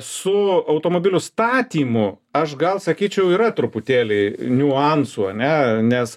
su automobilių statymu aš gal sakyčiau yra truputėlį niuansų ane nes